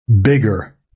bigger